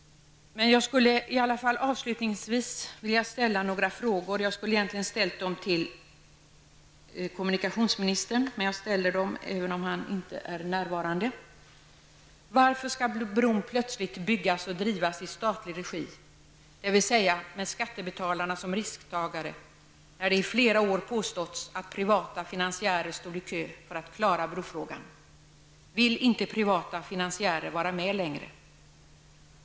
Avslutningsvis skulle jag vilja ställa några frågor. Jag skulle egentligen ha ställt dem till kommunikationsministern, men jag ställer dem fastän han inte är närvarande. Varför skall bron plötsligt byggas och drivas i statlig regi, dvs. med skattebetalarna som risktagare, när det i flera år har påståtts att privata finansiärer står i kö för att klara brofrågan? Vill inte privata finansiärer vara med längre?